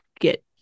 get